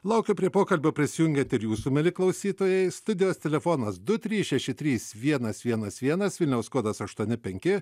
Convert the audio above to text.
laukiu prie pokalbio prisijungiant ir jūsų mieli klausytojai studijos telefonas du trys šeši trys vienas vienas vienas vilniaus kodas aštuoni penki